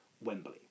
Wembley